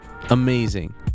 amazing